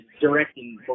directing